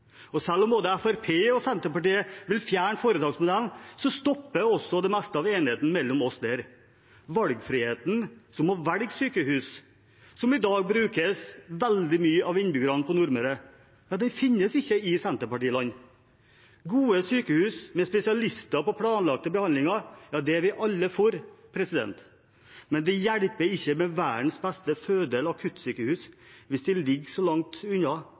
partier. Selv om både Fremskrittspartiet og Senterpartiet vil fjerne foretaksmodellen, stopper også det meste av enigheten mellom oss der. Friheten til å velge sykehus, som i dag brukes veldig mye av innbyggerne på Nordmøre, finnes ikke i Senterparti-land. Gode sykehus med spesialister i planlagte behandlinger, ja, det er vi alle for. Men det hjelper ikke med verdens beste føde- eller akuttsykehus hvis det ligger så langt unna